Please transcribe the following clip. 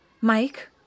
Mike